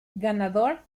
ganador